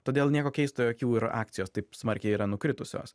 todėl nieko keisto jog jų ir akcijos taip smarkiai yra nukritusios